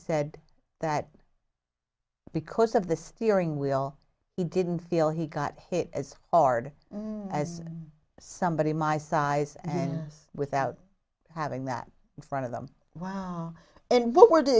said that because of the steering wheel he didn't feel he got hit as hard as somebody my size and without having that in front of them wow and what were the